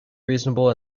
reasonable